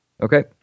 okay